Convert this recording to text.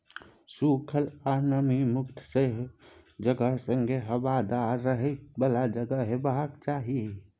सुखल आ नमी मुक्त जगह संगे हबादार रहय बला जगह हेबाक चाही